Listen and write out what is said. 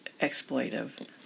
exploitive